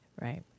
Right